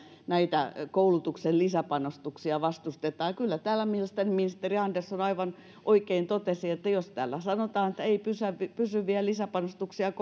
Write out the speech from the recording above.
näitä koulutuksen lisäpanostuksia vastustetaan kyllä täällä mielestäni ministeri andersson aivan oikein totesi että jos täällä sanotaan että ei pysyviä lisäpanostuksia